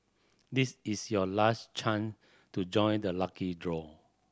this is your last chance to join the lucky draw